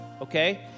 Okay